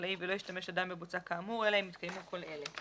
חקלאי ולא ישתמש אדם בבוצה כאמור אלא אם התקיימו כל אלה: